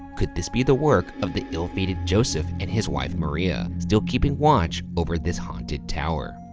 could this be the work of the ill-fated joseph and his wife, maria, still keeping watch over this haunted tower?